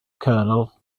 colonel